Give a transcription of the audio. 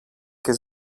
και